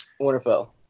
Winterfell